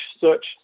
search